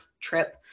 trip